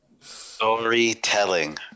Storytelling